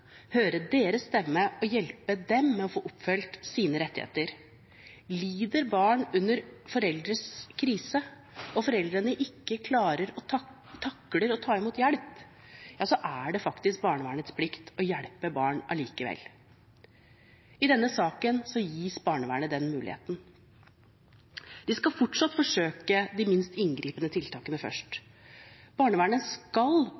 høre deres stemme og hjelpe dem med å få oppfylt sine rettigheter. Lider barn under foreldres krise og foreldrene ikke takler å ta imot hjelp, er det faktisk barnevernets plikt å hjelpe barna allikevel. I denne saken gis barnevernet denne muligheten. Vi skal fortsatt forsøke de minst inngripende tiltakene først. Barnevernet skal